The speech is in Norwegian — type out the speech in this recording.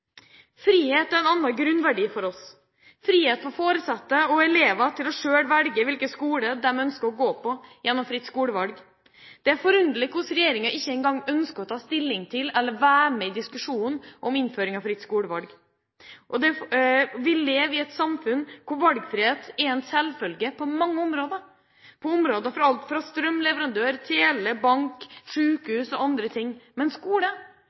Frihet er en annen grunnverdi for oss, frihet for foresatte og for elever til selv å velge hvilken skole de ønsker å gå på, gjennom fritt skolevalg. Det er forunderlig hvordan regjeringa ikke engang ønsker å ta stilling til eller være med i diskusjonen om innføring av fritt skolevalg. Vi lever i et samfunn hvor valgfrihet er en selvfølge på mange områder – alt fra strømleverandør, tele, bank og sykehus til andre ting. Men skole,